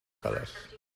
colors